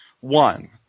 One